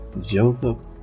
Joseph